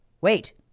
Wait